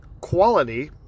quality